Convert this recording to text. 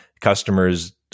Customers